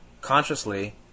consciously